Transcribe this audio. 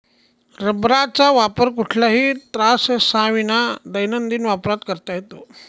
रबराचा वापर कुठल्याही त्राससाविना दैनंदिन वापरात करता येतो